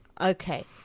Okay